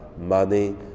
money